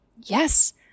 Yes